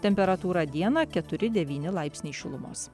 temperatūra dieną keturi devyni laipsniai šilumos